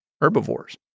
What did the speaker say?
herbivores